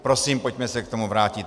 Prosím, pojďme se k tomu vrátit.